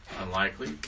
unlikely